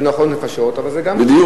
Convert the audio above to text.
זה נכון, נפשות, אבל זה גם, בדיוק.